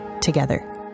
together